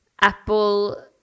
Apple